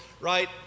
right